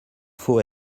faut